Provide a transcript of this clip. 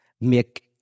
make